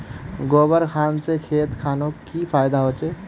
गोबर खान से खेत खानोक की फायदा होछै?